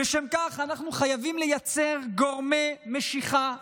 לשם כך אנחנו חייבים לייצר גורמי משיכה אמיתיים: